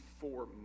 four